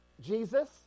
Jesus